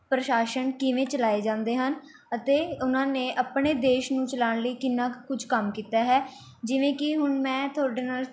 ਪ੍ਰਸ਼ਾਸਨ ਕਿਵੇਂ ਚਲਾਏ ਜਾਂਦੇ ਹਨ ਅਤੇ ਉਹਨਾਂ ਨੇ ਆਪਣੇ ਦੇਸ਼ ਨੂੰ ਚਲਾਉਣ ਲਈ ਕਿੰਨਾ ਕੁਝ ਕੰਮ ਕੀਤਾ ਹੈ ਜਿਵੇਂ ਕਿ ਹੁਣ ਮੈਂ ਤੁਹਾਡੇ ਨਾਲ਼